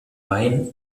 main